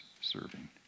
serving